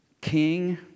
King